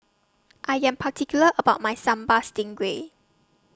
I Am particular about My Sambal Stingray